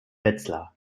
wetzlar